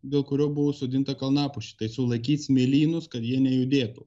dėl kurio buvo sodinta kalnapušė tai sulaikyt smėlynus kad jie nejudėtų